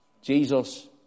Jesus